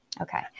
Okay